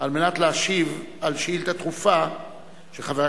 על מנת להשיב על שאילתא דחופה של חבר